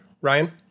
Ryan